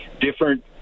different